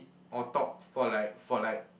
or talk for like for like